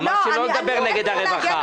אמרת שלא נדבר נגד הרווחה.